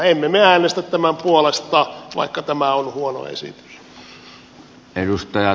emme me äänestä tämän puolesta vaikka tämä on huono esitys